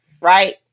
right